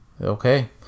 Okay